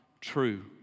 true